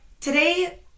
today